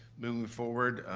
moving forward.